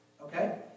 Okay